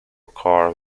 karl